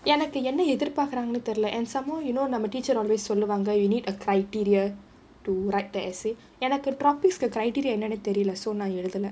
எனக்கு என்ன எதிர் பாக்குராங்கனு தெரில:enakku enna ethir paakkuraanganu therila and somehow you know நம்ம:namma teacher வந்து சொல்லுவாங்க:vanthu solluvaanga you need a criteria to write the essay tropics criteria என்னனு தெரில நான் எழுதல:ennanu therila naan ezhuthala